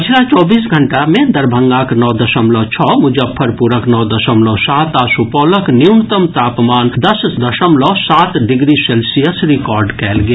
पछिला चौबीस घंटा मे दरभंगाक नओ दशमलव छओ मुजफ्फरपुरक नओ दशमलव सात आ सुपौलक न्यूनतम तापमान दस दशमलव सात डिग्री सेल्सियस रिकॉर्ड कयल गेल